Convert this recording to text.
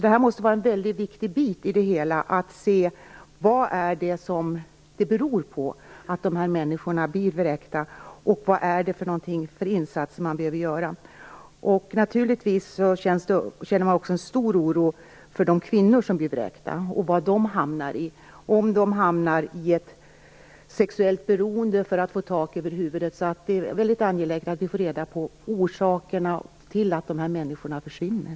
En väldigt viktig del av det hela måste vara att se vad det beror på att dessa människor blir vräkta och vilka insatser man behöver göra. Naturligtvis känner man också en stor oro för de kvinnor som blir vräkta och vilka situationer de hamnar i. Hamnar de i ett sexuellt beroende för att få tak över huvudet? Det är väldigt angeläget att vi får reda på orsakerna till att dessa människor försvinner.